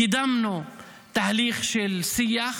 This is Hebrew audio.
קידמנו תהליך של שיח,